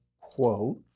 quote